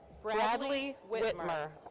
bradley witmer.